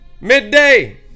midday